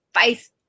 face